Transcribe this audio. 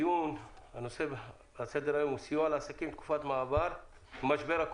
הנושא על סדר היום הוא סיוע לעסקים בתקופת משבר הקורונה.